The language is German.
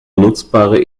nutzbare